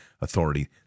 authority